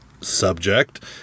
subject